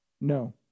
No